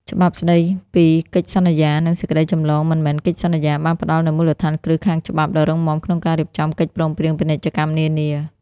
ច្បាប់ស្ដីពីកិច្ចសន្យា និងសេចក្តីចម្លងមិនមែនកិច្ចសន្យា បានផ្ដល់នូវមូលដ្ឋានគ្រឹះខាងច្បាប់ដ៏រឹងមាំក្នុងការរៀបចំកិច្ចព្រមព្រៀងពាណិជ្ជកម្មនានា។